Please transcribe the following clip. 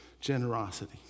generosity